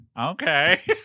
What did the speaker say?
Okay